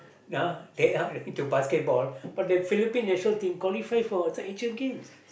uh they are into basketball but they're Philippines national team qualify for some Asia games